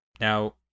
Now